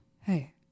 hey